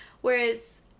whereas